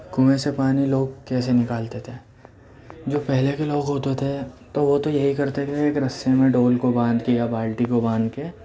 کنویں سے پانی لوگ کیسے نکالتے تھے جو پہلے کے لوگ ہوتے تھے تو وہ تو یہی کرتے تھے ایک رسّی میں ڈول کو باندھ دیا بالٹی کو باندھ کے